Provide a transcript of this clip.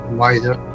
wider